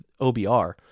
obr